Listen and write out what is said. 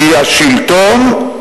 כי השלטון,